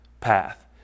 path